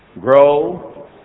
grow